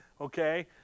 Okay